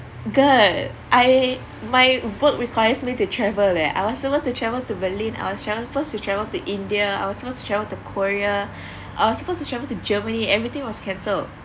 good I my work requires me to travel that I was supposed to travel to berlin I was travel supposed to travel to india I was supposed to travel to korea I was supposed to travel to germany everything was cancelled